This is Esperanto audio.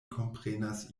komprenas